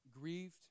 grieved